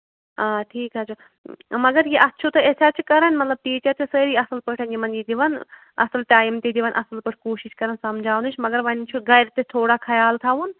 آ ٹھیٖک حظ چھُ مَگر یہِ اَتھ چھُو تۄہہِ احتِیاط چھِ کران مطلب ٹیٖچر چھِ سٲری اَصٕل پٲٹھۍ یِمن یہِ دِوان اَصٕل ٹایم تہِ دِوان اَصٕل پٲٹھۍ کوٗشِش کران سَمجھاونٕچ مَگر وۅنۍ چھُو گرِ تہِ تھوڑا خیال تھاوُن